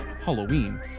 Halloween